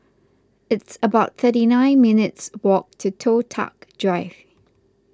it's about thirty nine minutes' walk to Toh Tuck Drive